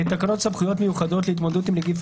תקנות סמכויות מיוחדות להתמודדות עם נגיף